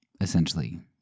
essentially